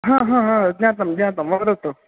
हा हा हा ज्ञातं ज्ञातं वदतु